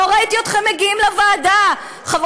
לא ראיתי אתכם מגיעים לוועדה,